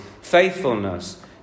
faithfulness